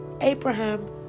Abraham